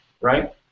right